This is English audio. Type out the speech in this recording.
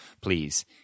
please